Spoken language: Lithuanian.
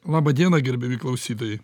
laba diena gerbiami klausytojai